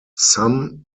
some